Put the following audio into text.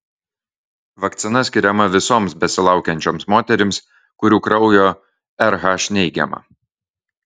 vakcina skiriama visoms besilaukiančioms moterims kurių kraujo rh neigiama